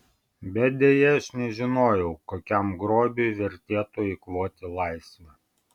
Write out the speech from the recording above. bet deja aš nežinojau kokiam grobiui vertėtų eikvoti laisvę